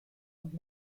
und